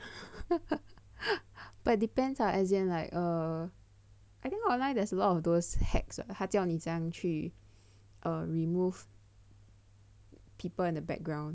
but depends ah as in like err I think online there's a lot of those hacks 他教你怎样去 remove people in the background